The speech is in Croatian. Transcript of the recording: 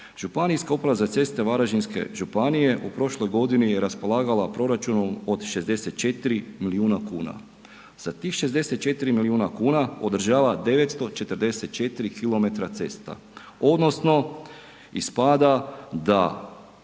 Županijska uprava za ceste Varaždinske županije u prošloj godini je raspolagala proračunom od 64 milijuna kuna. Sa tih 64 milijuna kuna održava 944 km cesta odnosno ispada da